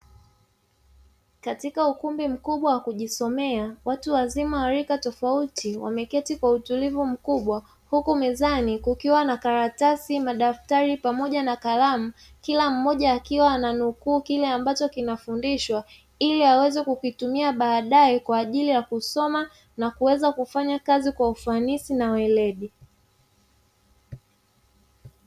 Katika ukumbi mkubwa wa kujisomea watu wazima wa rika tofauti wameketi kwa utulivu mkubwa, huku mezani kukiwa na karatasi, madaftari pamoja na kalamu kila mmoja akiwa ananukuu kile ambacho kinafundishwa ili aweze kukitumia baadae kwa ajili ya kusoma na kuweza kufanya kazi kwa ufanisi na weledi.